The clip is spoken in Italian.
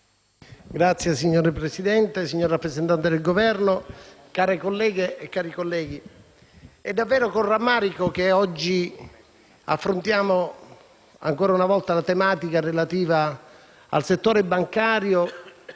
MPL))*. Signora Presidente, signor rappresentante del Governo, care colleghe e cari colleghi, è davvero con rammarico che oggi affrontiamo ancora una volta la tematica relativa al settore bancario,